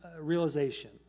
realization